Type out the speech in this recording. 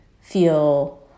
feel